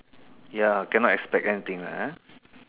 ya cannot expect anything lah